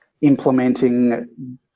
implementing